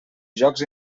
jocs